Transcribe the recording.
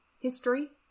History